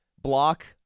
block